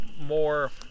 more